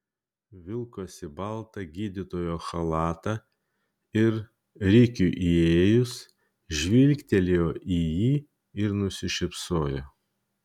vilkosi baltą gydytojo chalatą ir rikiui įėjus žvilgtelėjo į jį ir nusišypsojo